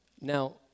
Now